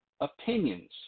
opinions